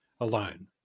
alone